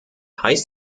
heißt